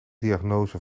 diagnose